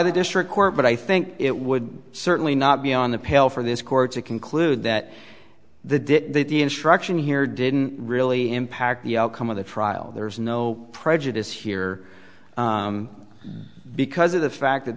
the district court but i think it would certainly not beyond the pale for this court to conclude that the did the instruction here didn't really impact the outcome of the trial there's no prejudice here because of the fact that